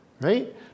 Right